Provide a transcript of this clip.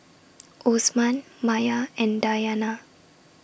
Osman Maya and Dayana